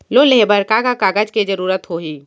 Loan लेहे बर का का कागज के जरूरत होही?